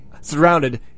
surrounded